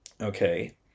okay